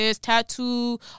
tattoo